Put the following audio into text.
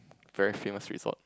very famous result